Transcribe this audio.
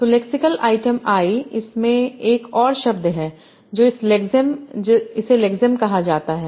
तो lexical item I इसमें एक और शब्द है जो इसे लेक्सेम कहा जाता है